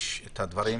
תדגיש את הדברים.